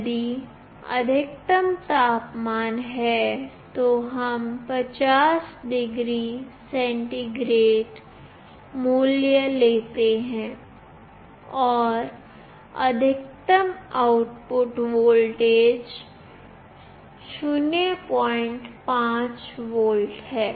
यदि अधिकतम तापमान है तो हम 50 डिग्री सेंटीग्रेडमूल्यलेते हैं और अधिकतम आउटपुट वोल्टेज 05 वोल्ट है